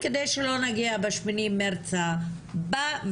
כדי שלא נגיע ב-8 למרץ הבא,